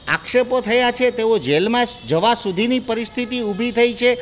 આક્ષેપો થયા છે તેઓ જેલમાં જવા સુધીની પરિસ્થિતિ ઊભી થઈ છે